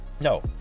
No